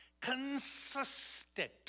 Consistent